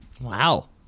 Wow